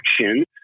actions